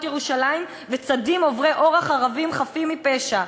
ירושלים וצדים עוברי אורח ערבים חפים מפשע.